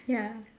ya